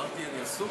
אמרתי שאני עסוק?